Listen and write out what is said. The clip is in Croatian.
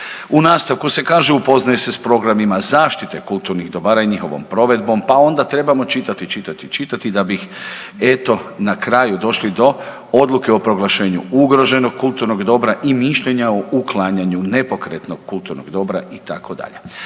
U nastavku se kaže upoznaje se s programima zaštite kulturnih dobara i njihovom provedbom, pa onda trebamo čitati, čitati, čitati da bih eto na kraju eto došli do odluke o proglašenju ugroženog kulturnog dobra i mišljenja o uklanjanju nepokretnog kulturnog dobra itd.